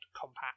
compact